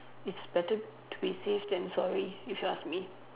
it's better to be safe than sorry if you ask me